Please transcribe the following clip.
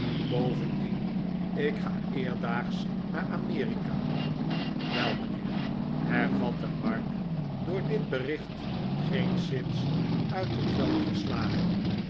bovendien ik ga eerstdaags naar amerika wel mijnheer hervatte mark door dit bericht geenszins uit het veld gestagen